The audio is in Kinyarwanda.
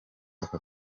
aka